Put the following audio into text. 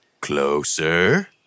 Closer